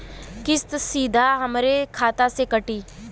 किस्त सीधा हमरे खाता से कटी?